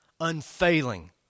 unfailing